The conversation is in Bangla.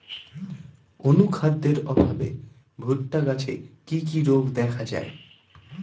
অনুখাদ্যের অভাবে ভুট্টা গাছে কি কি রোগ দেখা যায়?